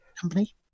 company